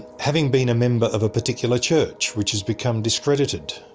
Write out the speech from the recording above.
having been a member of a particular church, which has become discredited,